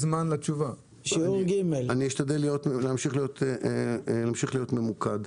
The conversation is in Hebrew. אשתדל להמשיך להיות ממוקד.